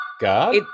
God